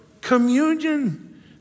Communion